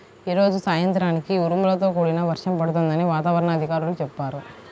యీ రోజు సాయంత్రానికి ఉరుములతో కూడిన వర్షం పడుతుందని వాతావరణ అధికారులు చెప్పారు